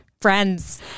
friends